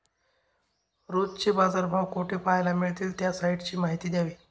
रोजचे बाजारभाव कोठे पहायला मिळतील? त्या साईटची माहिती द्यावी